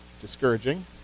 discouraging